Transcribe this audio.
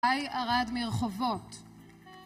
אי ערד מרחובות